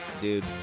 dude